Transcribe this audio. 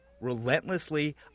relentlessly